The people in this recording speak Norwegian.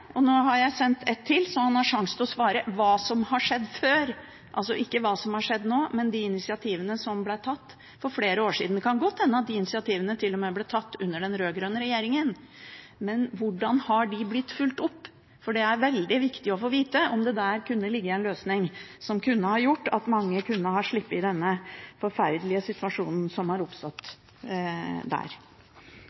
meg. Nå har jeg sendt et spørsmål til, så han har sjansen til å svare på hva som har skjedd før, altså ikke hva som har skjedd nå, men de initiativene som ble tatt for flere år siden. Det kan godt hende at de initiativene til og med ble tatt under den rød-grønne regjeringen, men hvordan har de blitt fulgt opp? Det er veldig viktig å få vite om det der kunne ligget en løsning som kunne ha gjort at mange kunne ha sluppet denne forferdelige situasjonen som har oppstått der.